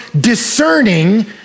discerning